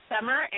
summer